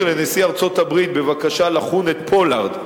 לנשיא ארצות-הברית בבקשה לחון את פולארד,